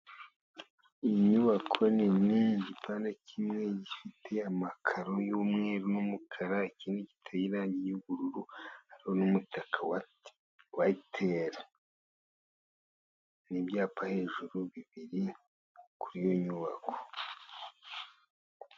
Inyubako nini igihande kimwe gifite amakaro y'umweru n'umukara, ikindi giteye irangi ry'ubururu. N'umutaka wa eyateri nibyapa hejuru bibiri kuri iyo nyubako